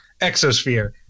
exosphere